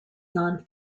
non